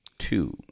Two